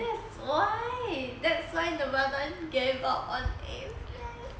that's why that's why nirvana gave up on A math